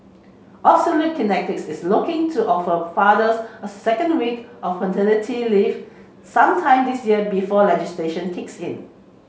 Absolute Kinetics is looking to offer fathers a second week of paternity leave sometime this year before legislation kicks in